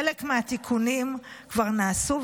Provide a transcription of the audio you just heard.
חלק מהתיקונים כבר נעשו,